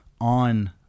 on